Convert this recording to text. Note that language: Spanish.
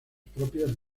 propias